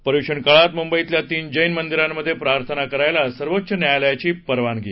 पर्यूषण काळात मुंबईतल्या तीन जैन मंदिरांमधे प्रार्थना करायला सर्वोच्च न्यायालयाची परवानगी